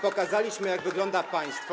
Pokazaliśmy, jak wygląda państwo.